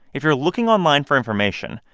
if you're looking online for information,